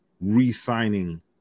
re-signing